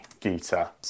Gita